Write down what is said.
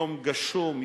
יום גשום,